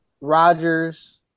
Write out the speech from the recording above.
Rodgers